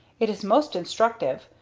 it is most instructive.